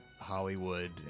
Hollywood